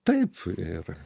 taip ir